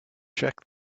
check